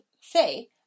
say